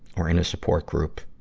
or in a support group.